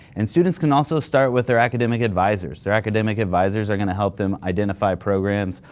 and students can also start with their academic advisors. their academic advisors are going to help them identify programs,